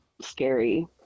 scary